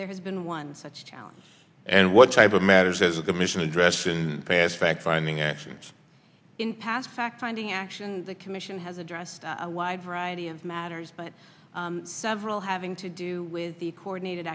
there has been one such challenge and what type of matters is the commission addressed in the past fact finding actually in past fact finding action the commission has addressed a wide variety of matters but several having to do with the coordinated